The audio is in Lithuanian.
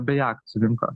bei akcininko